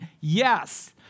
Yes